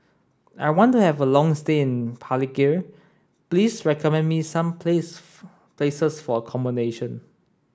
I want to have a long stay in Palikir please recommend me some place places for accommodation